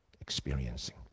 experiencing